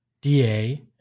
DA